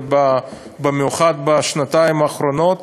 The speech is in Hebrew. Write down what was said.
במיוחד בשנתיים האחרונות,